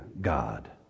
God